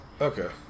Okay